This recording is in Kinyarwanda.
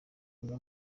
umwe